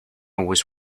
was